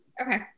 Okay